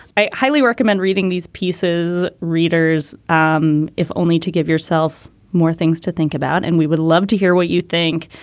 i highly recommend reading these pieces. readers, um if only to give yourself more things to think about. and we would love to hear what you think.